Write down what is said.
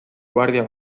guardia